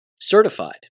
certified